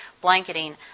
blanketing